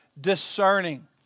discerning